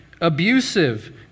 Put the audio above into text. abusive